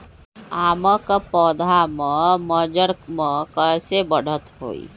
आम क पौधा म मजर म कैसे बढ़त होई?